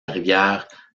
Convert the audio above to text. rivière